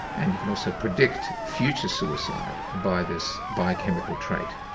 and you can also predict future suicide by this biochemical trait.